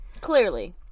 Clearly